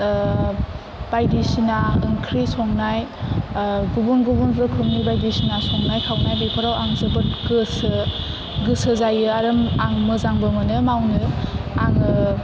बायदिसिना ओंख्रि संनाय गुबुन गुबुन रोखोमनि बायदिसिना संनाय खावनाय बेफोराव आं जोबोद गोसो गोसो जायो आरो आं मोजांबो मोनो मावनो आङो